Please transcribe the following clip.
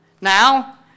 Now